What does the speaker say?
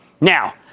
Now